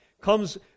comes